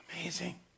amazing